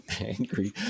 angry